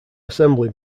assembly